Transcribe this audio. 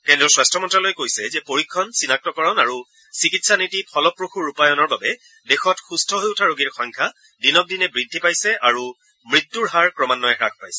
কেন্দ্ৰীয় স্বাস্থ্যমন্ত্যালয়ে কৈছে যে পৰীক্ষণ চিনাক্তকৰণ আৰু চিকিৎসা নীতি ফলপ্ৰসূৰূপায়ণৰ বাবে দেশত সুস্থ হৈ উঠা ৰোগীৰ সংখ্যা দিনক দিনে বৃদ্ধি পাইছে আৰু মৃত্যুৰ হাৰ ক্ৰমান্নয়ে হ্ৰাস পাইছে